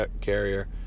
carrier